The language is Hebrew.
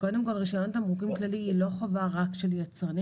רישיון תמרוקים כללי הוא לא חובה רק של יצרנים